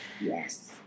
Yes